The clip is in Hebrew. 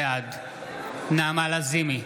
בעד נעמה לזימי,